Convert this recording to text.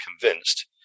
convinced